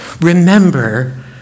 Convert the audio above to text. remember